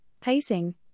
pacing